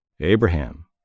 Abraham